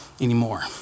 anymore